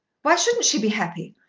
why shouldn't she be happy?